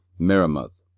meremoth,